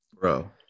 Bro